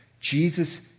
jesus